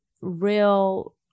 real